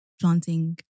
planting